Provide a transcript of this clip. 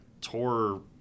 tore